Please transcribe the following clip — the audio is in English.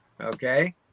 okay